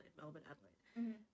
Melbourne-Adelaide